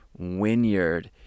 Winyard